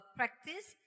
practice